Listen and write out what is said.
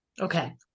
Okay